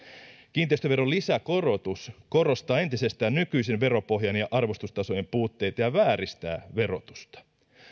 kiinteistöveron lisäkorotus korostaa entisestään nykyisen veropohjan ja arvostustasojen puutteita ja vääristää verotusta